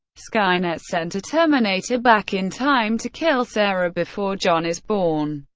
skynet sent a terminator back in time to kill sarah before john is born,